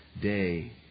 day